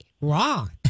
wrong